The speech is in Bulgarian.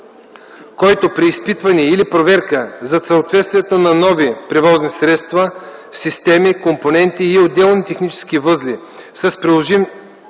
Който при изпитване или проверка за съответствието на нови превозни средства, системи, компоненти и отделни технически възли с приложимите